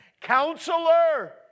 Counselor